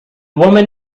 woman